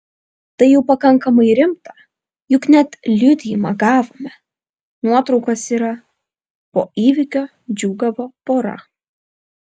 tai jau pakankamai rimta juk net liudijimą gavome nuotraukos yra po įvykio džiūgavo pora